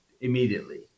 immediately